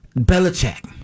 Belichick